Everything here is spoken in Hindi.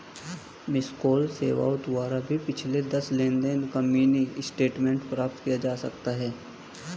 मिसकॉल सेवाओं द्वारा भी पिछले दस लेनदेन का मिनी स्टेटमेंट प्राप्त किया जा सकता है